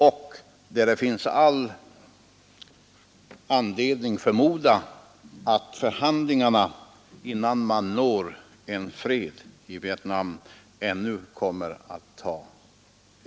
Och det finns all anledning förmoda att förhandlingarna kommer att dra rätt långt ut på tiden innan man når fred i Vietnam.